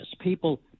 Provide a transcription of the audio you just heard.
people